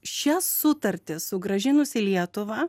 šias sutartis sugrąžinus į lietuvą